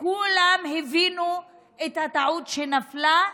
כולם הבינו את הטעות שנפלה,